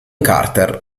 carter